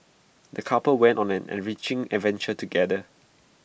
the couple went on an enriching adventure together